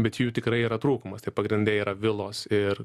bet jų tikrai yra trūkumas tai pagrinde yra vilos ir